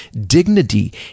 dignity